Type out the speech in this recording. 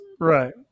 Right